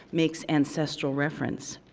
makes ancestral reference.